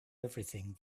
everything